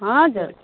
हजुर